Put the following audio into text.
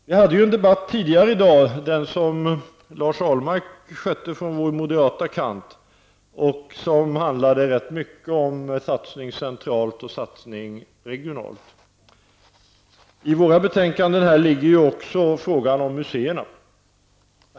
Vi hade tidigare i dag en debatt, som för moderaternas del sköttes av Lars Ahlmark och som handlade rätt mycket om satsningar centralt resp. regionalt. I våra betänkanden ligger också frågan om museerna.